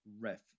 ref